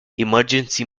emergency